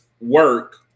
work